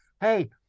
hey